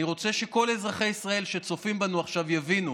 אני רוצה שכל אזרחי ישראל שצופים בנו עכשיו יבינו: